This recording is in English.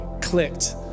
clicked